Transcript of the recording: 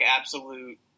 absolute